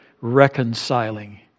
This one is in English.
reconciling